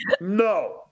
no